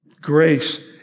Grace